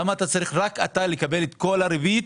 למה אתה צריך רק אתה לקבל את כל הריבית,